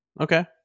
Okay